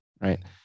Right